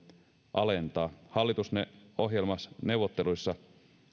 alentaa hallitusohjelmaneuvotteluissa